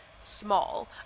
small